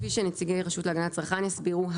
וכפי שנציגי הרשות להגנת הצרכן יסבירו,